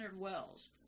wells